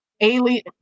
alien